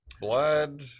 Blood